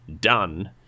done